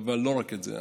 אבל לא רק את זה.